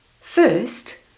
First